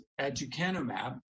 aducanumab